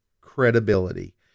credibility